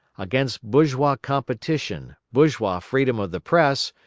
against bourgeois competition, bourgeois freedom of the press,